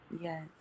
Yes